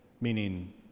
Meaning